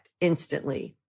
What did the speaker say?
Instantly